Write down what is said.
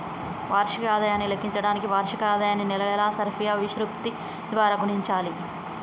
వార్షిక ఆదాయాన్ని లెక్కించడానికి వార్షిక ఆదాయాన్ని నెలల సర్ఫియా విశృప్తి ద్వారా గుణించాలి